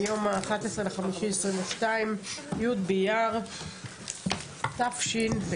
היום ה-11.05.22 י' באייר תשפ"ב.